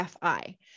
FI